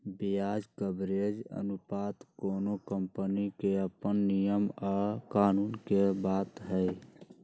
ब्याज कवरेज अनुपात कोनो कंपनी के अप्पन नियम आ कानून के बात हई